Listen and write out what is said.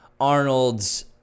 Arnold's